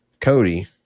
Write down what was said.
Cody